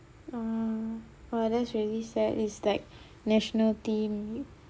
ah !wah! that's really sad it's like national team